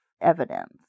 evidence